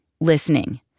listening